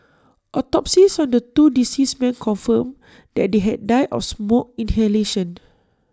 autopsies on the two deceased men confirmed that they had died of smoke inhalation